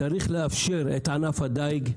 צריך לאפשר את ענף הדיג.